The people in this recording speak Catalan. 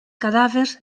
cadàvers